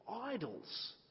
idols